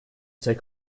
take